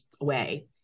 away